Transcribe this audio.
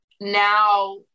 now